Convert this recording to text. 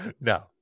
No